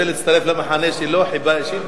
אתה רוצה להצטרף למחנה שלו, חיבה אישית?